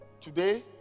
Today